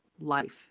life